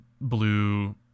blue